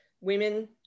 women